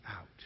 out